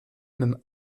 même